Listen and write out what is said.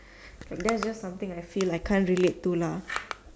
that that is something I feel like I can't really do lah